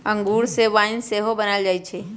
इंगूर से वाइन सेहो बनायल जाइ छइ